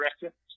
director